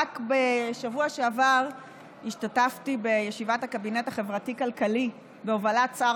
רק בשבוע שעבר השתתפתי בישיבת הקבינט החברתי-כלכלי בהובלת שר